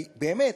כי באמת,